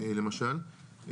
למשל,